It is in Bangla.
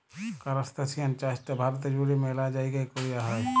কারাস্তাসিয়ান চাইশটা ভারতে জুইড়ে ম্যালা জাইগাই কৈরা হই